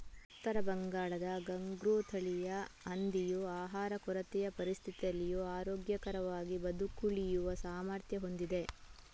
ಉತ್ತರ ಬಂಗಾಳದ ಘುಂಗ್ರು ತಳಿಯ ಹಂದಿಯು ಆಹಾರ ಕೊರತೆಯ ಪರಿಸ್ಥಿತಿಗಳಲ್ಲಿಯೂ ಆರೋಗ್ಯಕರವಾಗಿ ಬದುಕುಳಿಯುವ ಸಾಮರ್ಥ್ಯ ಹೊಂದಿದೆ